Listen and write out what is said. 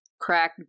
crack